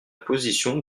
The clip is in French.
position